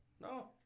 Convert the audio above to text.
No